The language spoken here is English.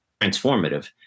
Transformative